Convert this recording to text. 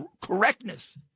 correctness